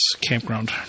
campground